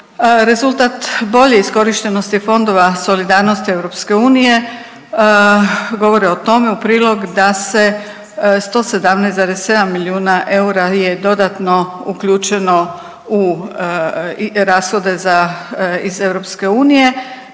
rezultat bolje iskorištenosti fondova solidarnosti EU govori o tome u prilog da se 117,7 milijuna eura je dodatno uključeno u rashode za,